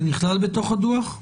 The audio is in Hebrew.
זה נכלל בתוך הדוח?